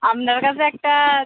আপনার কাছে একটা